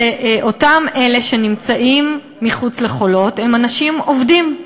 ואלה שנמצאים מחוץ ל"חולות" הם אנשים עובדים,